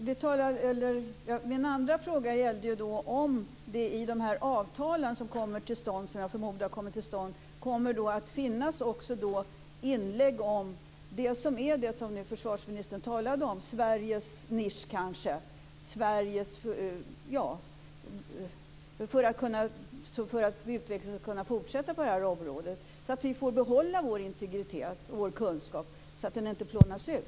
Fru talman! Min andra fråga gällde om det i de avtal som jag förmodar kommer till stånd kommer att finnas inlägg om det som försvarsministern nu talade om - Sveriges nisch - för att utvecklingen ska kunna fortsätta på detta område, så att vi får behålla vår integritet och vår kunskap så att den inte plånas ut.